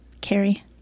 Carrie